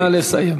נא לסיים.